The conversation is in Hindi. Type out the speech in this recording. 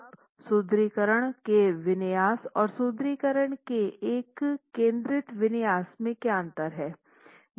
अब सुदृढीकरण के विन्यास और सुदृढीकरण के एक केंद्रित विन्यास में क्या अंतर है